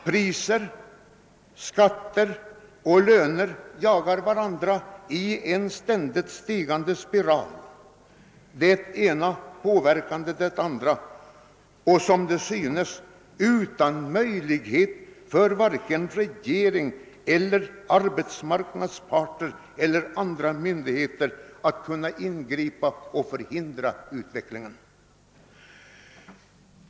Priser, skatter och löner jagar varandra i en ständigt stigande spiral, det ena påverkande det andra, och som det synes utan möjlighet för vare sig regering, arbetsmarknadsparter eller myndigheter att kunna ingripa och förhindra utvecklingen.